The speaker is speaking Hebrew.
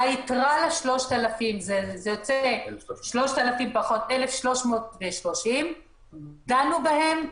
היתרה ל-3,000 זה יוצא 1,330 דנו בהן,